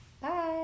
Bye